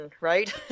right